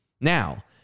Now